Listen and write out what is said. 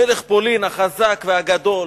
מלך פולין החזק והגדול